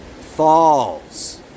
falls